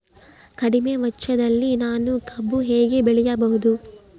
ಕಡಿಮೆ ವೆಚ್ಚದಲ್ಲಿ ನಾನು ಕಬ್ಬು ಹೇಗೆ ಬೆಳೆಯಬಹುದು?